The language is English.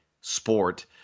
sport